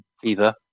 fever